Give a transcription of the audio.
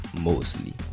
mostly